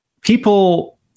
people